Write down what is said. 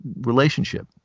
relationship